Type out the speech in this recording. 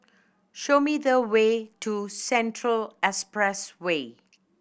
show me the way to Central Expressway